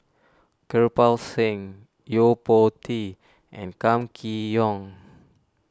Kirpal Singh Yo Po Tee and Kam Kee Yong